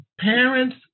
parents